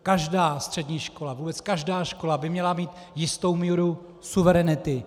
Každá střední škola, vůbec každá škola by měla mít jistou míru suverenity.